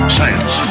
Science